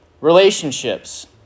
relationships